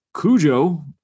Cujo